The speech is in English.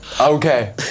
Okay